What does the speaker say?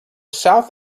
south